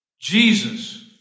Jesus